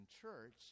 church